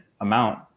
amount